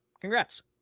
Congrats